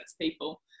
people